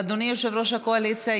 אדוני יושב-ראש הקואליציה,